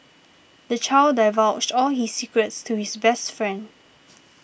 the child divulged all his secrets to his best friend